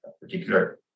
particular